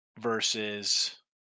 versus